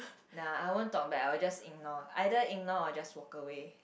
nah I won't talk back I will just ignore either ignore or just walk away